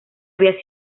había